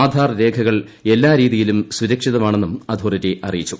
ആധാർ രേഖകൾ എല്ലാ രീതിയിലും സുരക്ഷിതമാണെന്നും അതോറിറ്റി അറിയിച്ചു